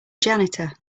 janitor